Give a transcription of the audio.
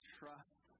trust